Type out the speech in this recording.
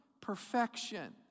perfection